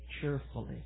cheerfully